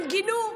הם גינו,